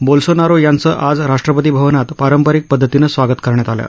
Bolsonaro यांचं आज राष्ट्रपती भवनात पारंपरिक पद्धतीनं स्वागत करण्यात आलं